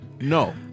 no